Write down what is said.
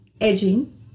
edging